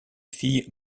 fille